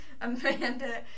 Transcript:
Amanda